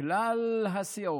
מכלל הסיעות,